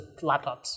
laptops